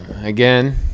again